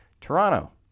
Toronto